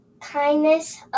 kindness